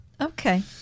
okay